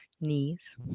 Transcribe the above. knees